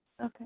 Okay